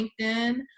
LinkedIn